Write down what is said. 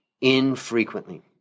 infrequently